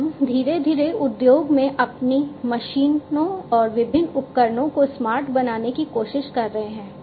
हम धीरे धीरे उद्योग में अपनी मशीनों और विभिन्न उपकरणों को स्मार्ट बनाने की कोशिश कर रहे हैं